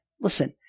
Listen